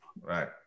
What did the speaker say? Right